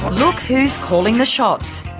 look who's calling the shots.